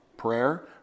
Prayer